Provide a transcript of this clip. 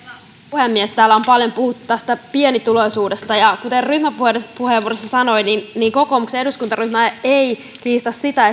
puhemies täällä on paljon puhuttu pienituloisuudesta kuten ryhmäpuheenvuorossa sanoin kokoomuksen eduskuntaryhmä ei kiistä sitä